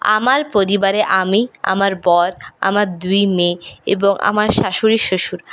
আমার পরিবারে আমি আমার বর আমার দুই মেয়ে এবং আমার শাশুড়ি শ্বশুর